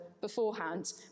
beforehand